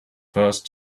first